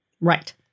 Right